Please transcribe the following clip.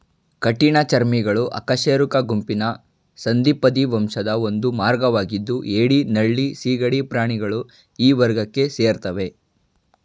ಕಠಿಣ ಚರ್ಮಿಗಳು ಅಕಶೇರುಕ ಗುಂಪಿನ ಸಂಧಿಪದಿ ವಂಶದ ಒಂದು ವರ್ಗವಾಗಿದ್ದು ಏಡಿ ನಳ್ಳಿ ಸೀಗಡಿ ಪ್ರಾಣಿಗಳು ಈ ವರ್ಗಕ್ಕೆ ಸೇರ್ತವೆ